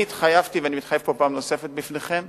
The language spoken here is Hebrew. אני התחייבתי ואני מתחייב פה פעם נוספת בפניכם